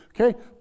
Okay